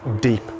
deep